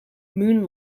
moon